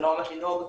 זה לא ממש לנהוג,